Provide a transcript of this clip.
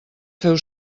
feu